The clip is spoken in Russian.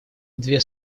две